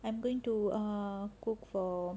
I am going to err cook for